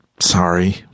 Sorry